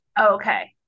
okay